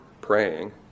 praying